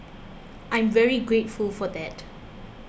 I'm very grateful for that